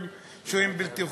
שוהים בלתי חוקיים.